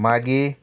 मागीर